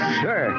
sir